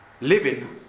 Living